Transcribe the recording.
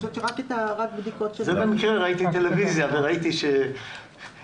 במקרה ראיתי בטלוויזיה שיש